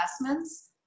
investments